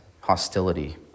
hostility